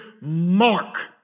mark